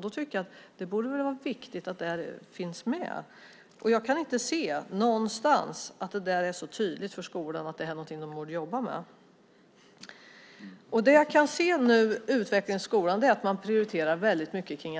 Då tycker jag att det borde vara viktigt att detta finns med. Jag kan inte se någonstans att det är tydligt för skolan att det är någonting de borde jobba med. Nu är utvecklingen i skolan att man prioriterar